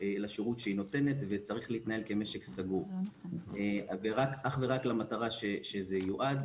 לשירות שהיא נותנת וצריך להתנהל כמשק סגור ואך ורק למטרה שזה יועד.